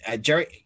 Jerry